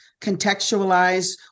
contextualize